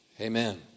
Amen